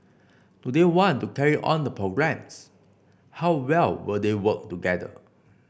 do they want to carry on the programmes how well will they work together